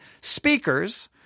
speakers